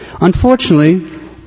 Unfortunately